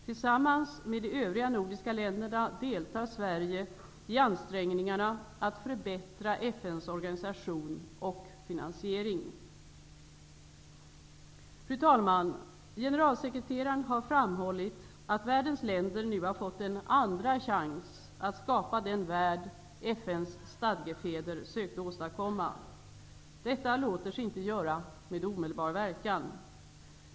Tillsammans med de övriga nordiska länderna deltar Sverige i ansträngningarna att förbättra FN:s organisation och finansiering. Fru talman! Generalsekreteraren har framhållit att världens länder nu har fått en andra chans att skapa den värld FN:s stadegefäder sökte åstadkomma. Detta låter sig inte göra med omedelbar verkan.